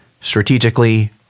strategically